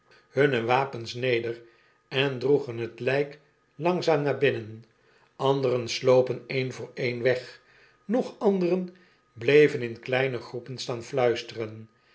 hunne wapens ueder en droegen het lijk langzaam naar binnen anderen slopen een voor ei weg nog anderen bleven in kleine groepen staan fluisteren